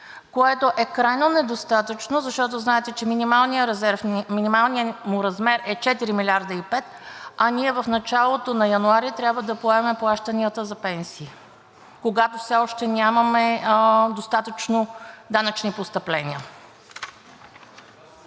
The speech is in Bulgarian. което е крайно недостатъчно, защото знаете, че минималният резерв, минималният му размер е 4,5 милиарда, а ние в началото на януари трябва да поемем плащанията за пенсии, когато все още нямаме достатъчно данъчни постъпления.